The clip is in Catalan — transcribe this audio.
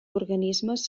organismes